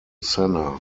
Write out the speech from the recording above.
senna